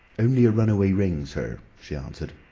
only a runaway ring, sir, she answered.